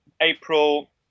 April